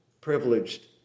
privileged